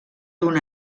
d’un